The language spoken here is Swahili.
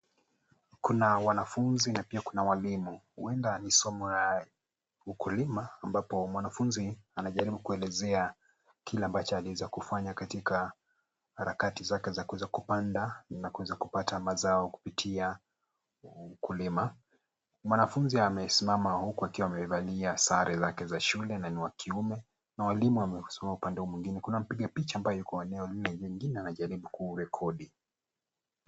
Kuna wanafunzi na pia kuna walimu huenda ni somo la ukulima ambapo mwanafunzi anajaribu kuelezea kile ambacho aliweza kufanya katika harakati zake za kuweza kupanda na kuweza kupata mazao kupitia ukulima. Mwanafunzi amesimama huku akiwa amevalia sare zake za shule na ni wa kiume na walimu wamesimama upande huu mwingine kuna mpigapicha ambaye yuko eneo lile lingine anajaribu kurekodi.